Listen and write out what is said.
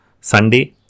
Sunday